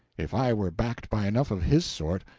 if i were backed by enough of his sort,